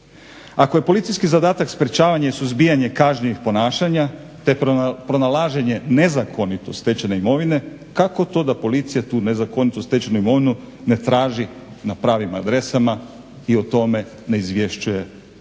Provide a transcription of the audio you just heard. Ako je policijski zadatak sprječavanje i suzbijanje kažnjivih ponašanja, te pronalaženje nezakonito stečene imovine kako to da policija tu nezakonito stečenu imovinu ne traži na pravim adresama i o tome ne izvješćuje na